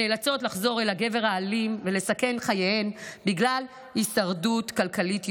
נאלצות לחזור אל הגבר האלים ולסכן חייהן בגלל הישרדות כלכלית יום-יומית.